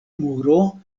muro